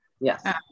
yes